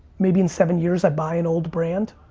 maybe in seven years i buy an old brand,